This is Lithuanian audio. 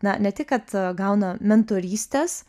na ne tik kad gauna mentorystės